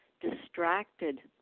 distracted